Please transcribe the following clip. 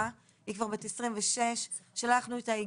היא כבר בת 26. שלחנו אותה,